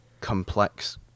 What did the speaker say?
complex